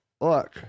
look